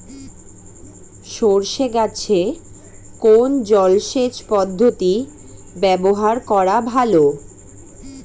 সরষে গাছে কোন জলসেচ পদ্ধতি ব্যবহার করা ভালো?